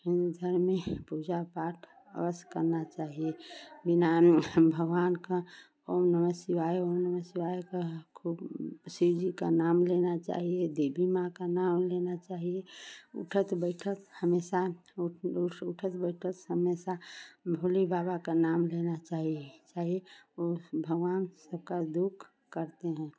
हिन्दू धर्म में पूजा पाठ अवश्य करना चाहिए बिना भगवान का ॐ नमः शिवाय ॐ नमः शिवाय कह खूब शिवजी का नाम लेना चाहिए देवी माँ का नाम लेना चाहिए उठत बैठत हमेशा उठत बैठत हमेशा भोले बाबा का नाम लेना चाहिए भगवान सबका दुख हरते हैं